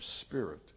spirit